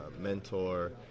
mentor